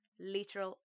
Literal